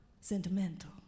sentimental